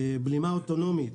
בלימה אוטונומית,